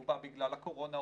הוא בא בגלל הקורונה,